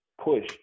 push